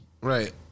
Right